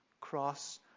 cross